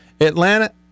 Atlanta